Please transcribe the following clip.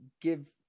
give –